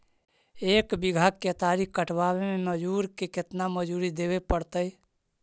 एक बिघा केतारी कटबाबे में मजुर के केतना मजुरि देबे पड़तै?